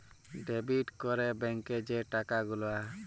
debit ক্যরে ব্যাংকে যে টাকা গুলা